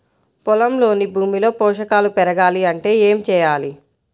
పొలంలోని భూమిలో పోషకాలు పెరగాలి అంటే ఏం చేయాలి?